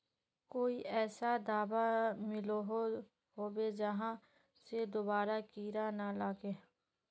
कोई ऐसा दाबा मिलोहो होबे जहा से दोबारा कीड़ा ना लागे?